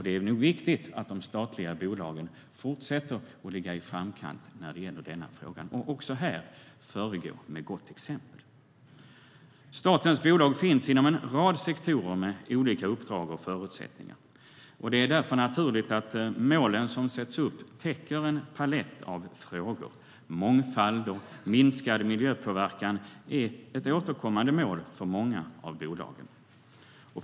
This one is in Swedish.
Det är nog viktigt att de statliga bolagen fortsätter att ligga i framkant när det gäller denna fråga och också här föregå med gott exempel. Statens bolag finns inom en rad sektorer med olika uppdrag och förutsättningar. Det är därför naturligt att målen som sätts upp täcker en palett av frågor. Mångfald och minskad miljöpåverkan är återkommande mål för många av bolagen.